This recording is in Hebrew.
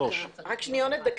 לאחד.